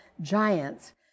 giants